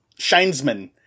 Shinesman